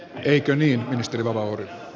eikö niin ministeri vapaavuori